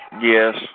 Yes